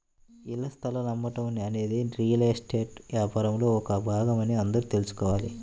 ఇళ్ల స్థలాలు అమ్మటం అనేది రియల్ ఎస్టేట్ వ్యాపారంలో ఒక భాగమని అందరూ తెల్సుకోవాలి